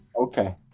Okay